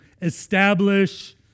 establish